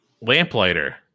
lamplighter